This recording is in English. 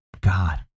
God